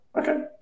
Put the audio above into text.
Okay